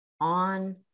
on